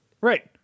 right